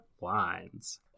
lines